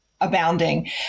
abounding